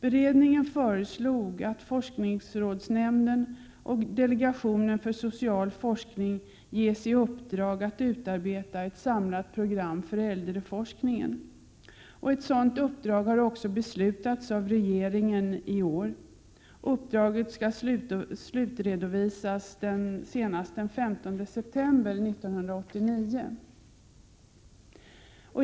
Beredningen föreslog att forskningsrådsnämnden och delegationen för social forskning skall ges i uppdrag att utarbeta ett samlat program för äldreforskning. Ett sådant uppdrag har också beslutats av regeringen i år. Uppdraget skall slutredovisas senast den 15 september 1989.